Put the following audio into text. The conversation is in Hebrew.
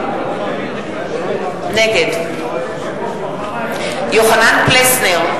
נגד יוחנן פלסנר,